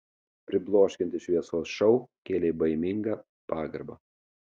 pribloškiantis šviesos šou kėlė baimingą pagarbą